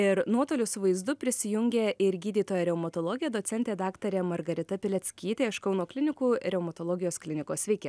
ir nuotoliu su vaizdu prisijungė ir gydytoja reumatologė docentė daktarė margarita pileckytė iš kauno klinikų reumatologijos klinikos sveiki